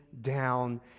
down